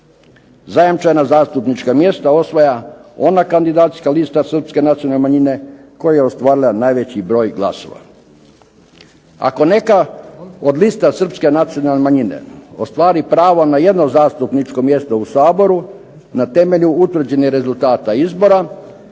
Zajamčena zastupnička mjesta osvaja ona kandidacijska lista Srpske nacionalne manjine koja je ostvarila najveći broj glasova. Ako neka od lista Srpske nacionalne manjine ostvari pravo na jedno zastupničko mjesto u Saboru, na temelju utvrđenog rezultata izbora,